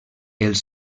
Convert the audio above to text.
els